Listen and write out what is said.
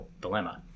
dilemma